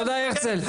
תודה, הרצל.